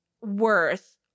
worth